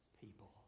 people